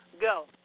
go